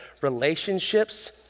relationships